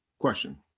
Question